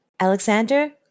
Alexander